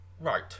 Right